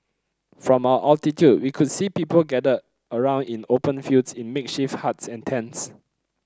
from our altitude we could see people gathered around in open fields in makeshift huts and tents